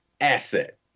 asset